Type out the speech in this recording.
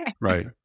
right